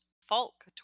Falk